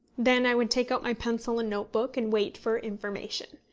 then i would take out my pencil and notebook, and wait for information.